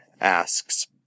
asks